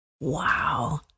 Wow